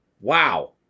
wow